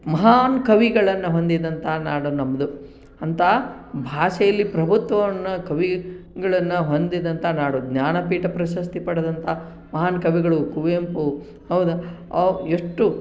ಮಹಾನ್ ಕವಿಗಳನ್ನು ಹೊಂದಿದಂತ ನಾಡು ನಮ್ಮದು ಅಂತಹ ಭಾಷೆಯಲ್ಲಿ ಪ್ರಭುತ್ವವನ್ನು ಕವಿಗಳನ್ನು ಹೊಂದಿದಂತ ನಾಡು ಜ್ಞಾನಪೀಠ ಪ್ರಶಸ್ತಿ ಪಡೆದಂತಹ ಮಹಾನ್ ಕವಿಗಳು ಕುವೆಂಪು ಹೌದಾ ಎಷ್ಟು